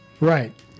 right